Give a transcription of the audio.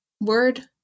word